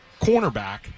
cornerback